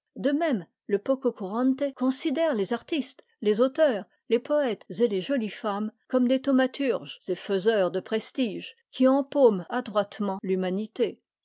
de même le pococurante considère les artistes les auteurs les poètes et les jolies femmes comme des thaumaturges et faiseurs de prestiges qui empaument adroitement l'humanité